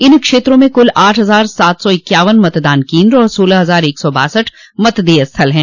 इन क्षेत्रों में कुल आठ हजार सात सौ इक्यावन मतदान केन्द्र और सोलह हजार एक सौ बासठ मतदेय स्थल हैं